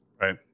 right